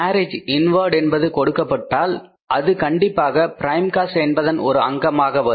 garage inward என்பது கொடுக்கப்பட்டால் அது கண்டிப்பாக பிரைம் காஸ்ட் என்பதன் ஒரு அங்கமாக வரும்